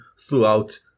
throughout